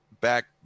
back